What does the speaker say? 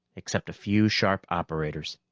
except a few sharp operators.